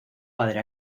padre